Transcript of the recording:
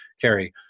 Carrie